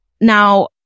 Now